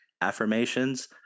affirmations